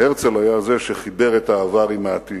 והרצל היה זה שחיבר את העבר עם העתיד.